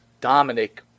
Dominic